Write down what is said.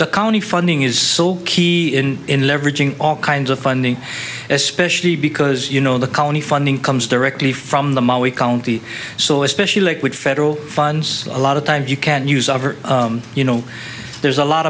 the county funding is so key in in leveraging all kinds of funding especially because you know the county funding comes directly from the ma we county so especially like with federal funds a lot of times you can use of or you know there's a lot